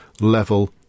level